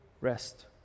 rest